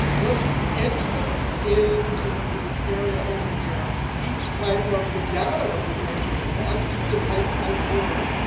let's enter into this area over here. each type of the data that we can enter in excel, i'm just going to type a word,